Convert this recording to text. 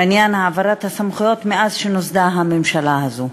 עניין העברת הסמכויות מאז נוסדה הממשלה הזו,